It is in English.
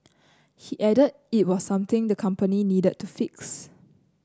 he added it was something the company needed to fix